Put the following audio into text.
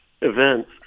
events